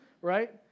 right